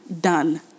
Done